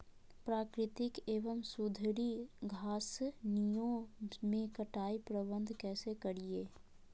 प्राकृतिक एवं सुधरी घासनियों में कटाई प्रबन्ध कैसे करीये?